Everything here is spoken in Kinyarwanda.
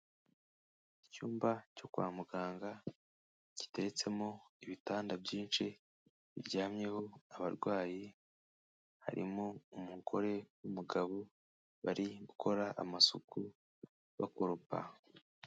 Icyumba cyo kwa muganga giteretsemo ibitanda byinshi biryamyeho abarwayi, harimo umugore n'umugabo bari gukora amasuku bakoropa.